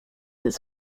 its